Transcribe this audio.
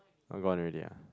all gone already ah